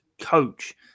coach